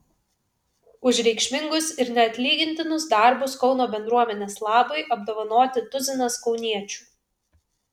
už reikšmingus ir neatlygintinus darbus kauno bendruomenės labui apdovanoti tuzinas kauniečių